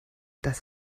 das